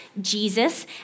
Jesus